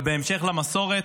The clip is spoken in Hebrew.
ובהמשך למסורת,